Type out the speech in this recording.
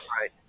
right